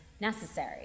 necessary